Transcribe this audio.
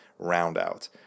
roundout